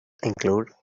include